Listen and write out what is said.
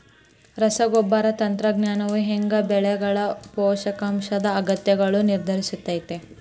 ರಸಗೊಬ್ಬರ ತಂತ್ರಜ್ಞಾನವು ಹ್ಯಾಂಗ ಬೆಳೆಗಳ ಪೋಷಕಾಂಶದ ಅಗತ್ಯಗಳನ್ನ ನಿರ್ಧರಿಸುತೈತ್ರಿ?